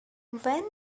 when